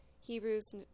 Hebrews